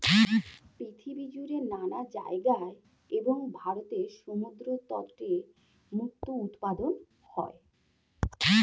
পৃথিবী জুড়ে নানা জায়গায় এবং ভারতের সমুদ্র তটে মুক্তো উৎপাদন হয়